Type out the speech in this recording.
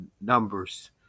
numbers